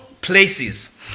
places